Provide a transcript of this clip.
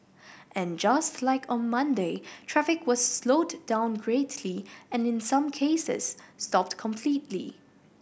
and just like on Monday traffic was slowed down greatly and in some cases stopped completely